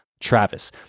Travis